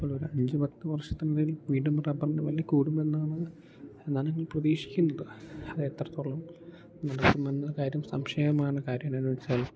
നമ്മളൊരഞ്ച് പത്തു വർഷത്തിനുള്ളിൽ വീണ്ടും റബ്ബറിനു വില കൂടുമെന്നാണ് എന്നാണ് ഞങ്ങൾ പ്രതീക്ഷിക്കുന്നത് അതെത്രത്തോള്ളം നടക്കുമെന്ന കാര്യം സംശയമാണ് കാര്യമെന്നു വെച്ചാൽ